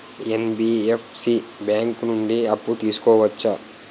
NBFC bank నుండి అప్పు తీసుకోవచ్చా?